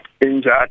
Injured